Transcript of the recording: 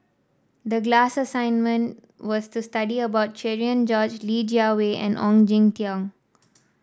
the glass assignment was to study about Cherian George Li Jiawei and Ong Jin Teong